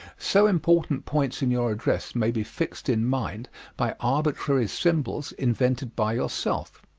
so important points in your address may be fixed in mind by arbitrary symbols invented by yourself.